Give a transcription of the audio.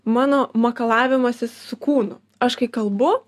mano makalavimasis su kūnu aš kai kalbu